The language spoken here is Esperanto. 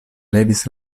levis